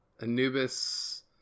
anubis